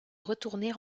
retourner